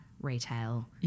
retail